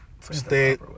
stay